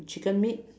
chicken meat